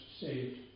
saved